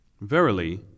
Verily